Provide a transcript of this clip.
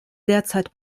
derzeit